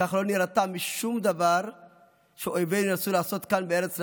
כך לא נירתע משום דבר שאויבינו ירצו לעשות כאן בארץ ישראל.